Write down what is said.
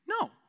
No